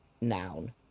noun